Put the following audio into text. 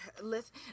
listen